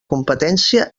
competència